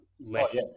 Less